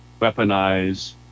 weaponize